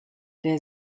der